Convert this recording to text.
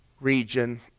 region